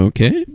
Okay